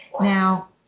Now